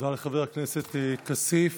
תודה לחבר הכנסת כסיף.